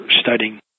studying